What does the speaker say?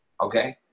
Okay